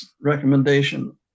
recommendation